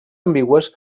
ambigües